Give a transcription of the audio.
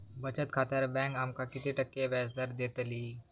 बचत खात्यार बँक आमका किती टक्के व्याजदर देतली?